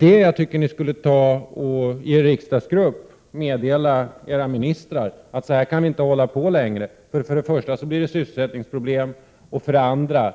Detta tycker jag att er riksdagsgrupp skulle meddela era ministrar, och säga att så här kan vi inte hålla på längre — då får man för det första sysselsättningsproblem och för det andra